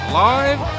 live